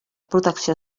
protecció